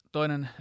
Toinen